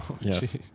Yes